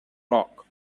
rock